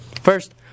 First